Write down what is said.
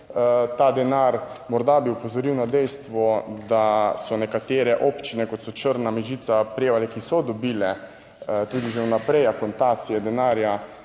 ta denar. Morda bi opozoril na dejstvo, da so nekatere občine, kot so Črna, Mežica, Prevalje, ki so dobile tudi že vnaprej akontacije denarja,